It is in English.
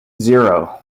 zero